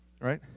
right